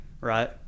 Right